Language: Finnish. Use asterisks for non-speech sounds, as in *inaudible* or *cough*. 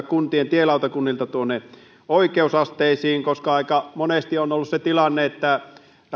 *unintelligible* kuntien tielautakunnilta oikeusasteisiin aika monesti on ollut se tilanne että